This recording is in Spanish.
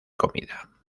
comida